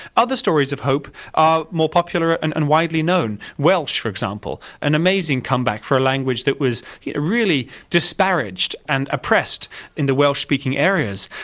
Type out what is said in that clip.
other stories of hope are more popular and and widely known. welsh, for example, an amazing comeback for a language that was really disparaged and oppressed in the welsh-speaking areas,